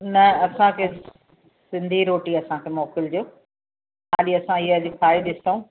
न असांखे सिंधी रोटी असांखे मोकिलिजो ख़ाली असां इअं अॼु खाई ॾिसूं